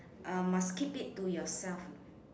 uh must keep it to yourself